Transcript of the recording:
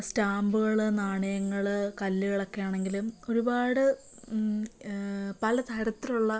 സ്റ്റാമ്പുകൾ നാണയങ്ങൾ കല്ലുകളൊക്കെ ആണെങ്കിലും ഒരുപാട് പലതരത്തിലുള്ള